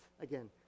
again